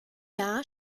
jahr